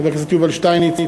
חבר הכנסת יובל שטייניץ,